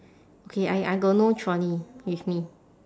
okay I I got no trolley with me